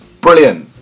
Brilliant